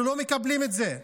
אנחנו לא מקבלים את זה.